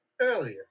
earlier